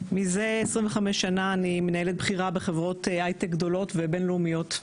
מזה 25 שנה אני מנהלת בכירה בחברות היי-טק גדולות ובינלאומיות,